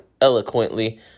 eloquently